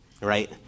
right